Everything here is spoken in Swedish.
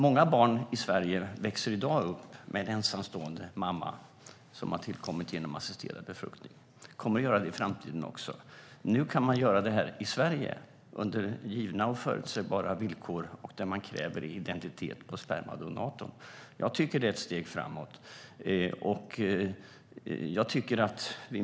Många barn i Sverige som har tillkommit genom assisterad befruktning växer i dag upp med en ensamstående mamma. Det kommer de att göra i framtiden också. Nu kommer assisterad befruktning att kunna göras i Sverige, under givna och förutsägbara villkor och där man kräver identitet på spermadonatorn. Jag tycker att det är ett steg framåt.